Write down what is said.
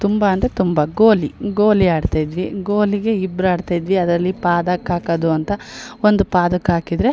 ತುಂಬ ಅಂದರೆ ತುಂಬ ಗೋಲಿ ಗೋಲಿ ಆಡ್ತಾ ಇದ್ವಿ ಗೋಲಿಗೆ ಇಬ್ಬರು ಆಡ್ತಾಯಿದ್ವಿ ಅದರಲ್ಲಿ ಪಾದಕ್ ಹಾಕೋದು ಅಂತ ಒಂದು ಪಾದಕ್ ಹಾಕಿದರೆ